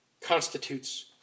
constitutes